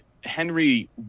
Henry